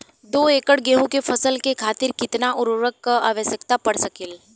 दो एकड़ गेहूँ के फसल के खातीर कितना उर्वरक क आवश्यकता पड़ सकेल?